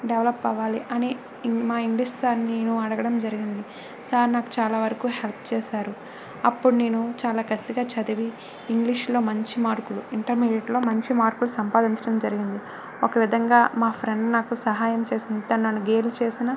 develop అవ్వాలి అని ఇం మా ఇంగ్లీష్ సార్ని నేను అడగడం జరిగింది సార్ నాకు చాలా వరకు హెల్ప్ చేసారు అప్పుడు నేను చాలా కసిగా చదివి ఇంగ్లీష్లో మంచి మార్కులు ఇంటర్మీడియట్లో మంచి మార్కులు సంపాదించడం జరిగింది ఒక విధంగా మా ఫ్రెండ్ నాకు సహాయం చేసింది తను నన్ను గేలి చేసిన